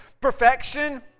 perfection